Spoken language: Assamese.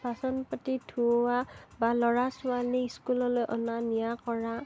বাচন পাতি ধোৱা বা ল'ৰা ছোৱালী স্কুললৈ অনা নিয়া কৰা